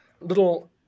little